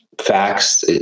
facts